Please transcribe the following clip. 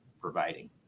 providing